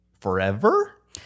forever